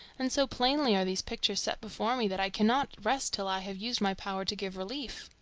and so plainly are these pictures set before me that i cannot rest till i have used my power to give relief.